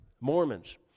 Mormons